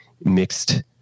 mixed